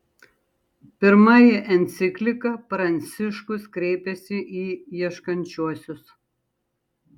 pirmąja enciklika pranciškus kreipiasi į ieškančiuosius